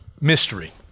Mystery